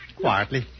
quietly